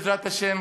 בעזרת השם,